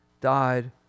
died